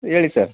ಹೇಳಿ ಸರ್